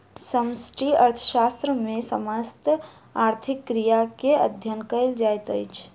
समष्टि अर्थशास्त्र मे समस्त आर्थिक क्रिया के अध्ययन कयल जाइत अछि